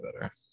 better